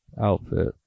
outfit